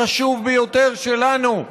החשוב ביותר שלנו,